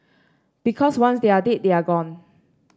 because once they're dead they're gone